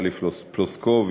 טלי פלוסקוב,